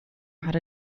had